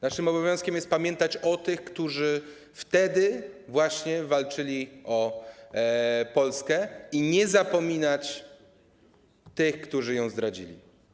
Naszym obowiązkiem jest pamiętać o tych, którzy wtedy walczyli o Polskę, i nie zapominać o tych, którzy ją zdradzili.